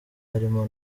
harimo